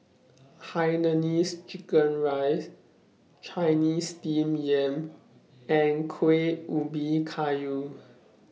Hainanese Chicken Rice Chinese Steamed Yam and Kueh Ubi Kayu